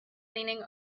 leaning